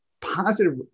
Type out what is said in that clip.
positive